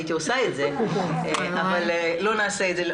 הייתי עושה את זה אבל לא נעשה את זה.